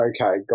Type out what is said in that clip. Okay